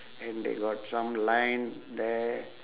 and they got some line there